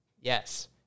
Yes